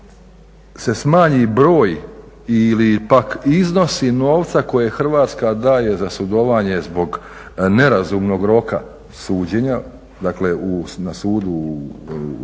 se smanji broj ili pak iznosi novce koje Hrvatska daje za sudovanje zbog nerazumnog roka suđenja, dakle na sudu u Strasbourgu,